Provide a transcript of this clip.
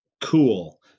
Cool